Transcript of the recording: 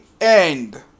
end